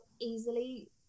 easily